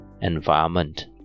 environment